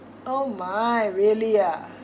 oh my really ah